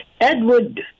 Edward